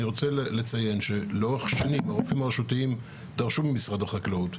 אני רוצה לציין שלאורך שנים הרופאים הרשותיים דרשו ממשרד החקלאות,